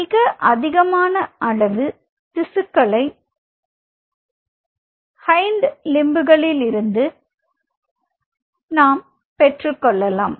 மிக அதிகமான அளவு திசுக்களை ஹைண்ட் லிம்ப்களிலிருந்து நாம் பெற்றுக் கொள்ளலாம்